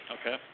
Okay